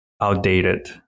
outdated